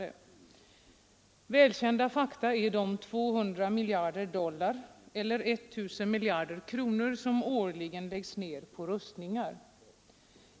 Ett välkänt faktum är att 200 miljarder dollar, eller 1000 miljarder kronor, årligen läggs ner på rustningar.